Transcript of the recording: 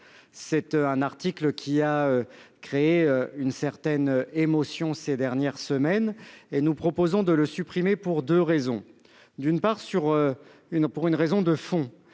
l'AEFE. Il a suscité une certaine émotion ces dernières semaines et nous proposons de le supprimer pour deux raisons. D'une part, pour une raison de fond